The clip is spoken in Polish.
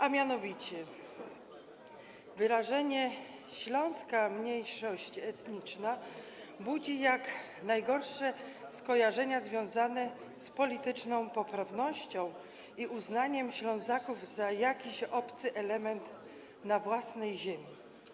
A mianowicie wyrażenie „śląska mniejszość etniczna” budzi jak najgorsze skojarzenia związane z polityczną poprawnością i uznaniem Ślązaków za jakiś obcy element na własnej ziemi.